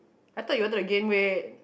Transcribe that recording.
I thought you wanted to gain weight